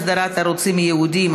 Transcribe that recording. אסדרת ערוצים ייעודיים),